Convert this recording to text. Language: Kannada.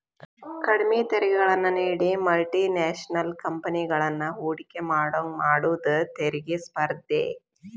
ಕಡ್ಮಿ ತೆರಿಗೆಗಳನ್ನ ನೇಡಿ ಮಲ್ಟಿ ನ್ಯಾಷನಲ್ ಕಂಪೆನಿಗಳನ್ನ ಹೂಡಕಿ ಮಾಡೋಂಗ ಮಾಡುದ ತೆರಿಗಿ ಸ್ಪರ್ಧೆ